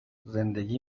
زندگی